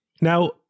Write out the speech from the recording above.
Now